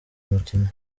mukino